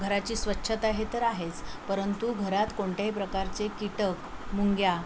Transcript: घराची स्वच्छता हे तर आहेच परंतु घरात कोणत्याही प्रकारचे कीटक मुंग्या